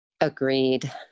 Agreed